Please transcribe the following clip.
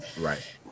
Right